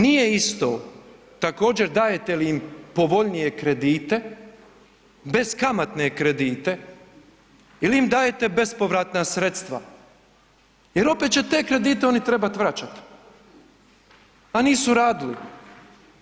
Nije isto također dajete li im povoljnije kredite, beskamatne kredite ili im dajete bespovratna sredstva jer opet će te kredite oni trebat vraćat, a nisu radili,